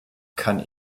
kann